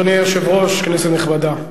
אדוני היושב-ראש, כנסת נכבדה,